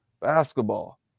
basketball